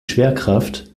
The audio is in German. schwerkraft